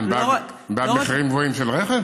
מה, הם בעד מחירים גבוהים של רכב?